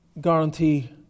guarantee